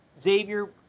Xavier